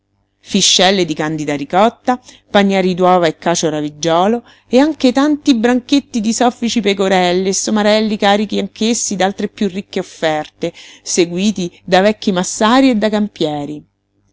fiscelle di candida ricotta panieri d'uova e cacio raviggiolo e anche tanti branchetti di boffici pecorelle e somarelli carichi anch'essi d'altre piú ricche offerte seguiti da vecchi massari e da campieri